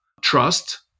trust